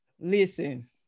listen